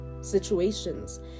situations